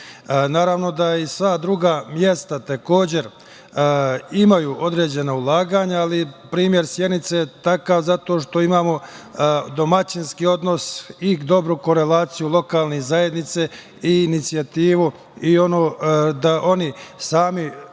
da i sva druga mesta takođe, imaju određena ulaganja, ali primer Sjenice je takav zato što imamo domaćinski odnos i dobru korelaciju lokalne zajednice i inicijativu i da oni sami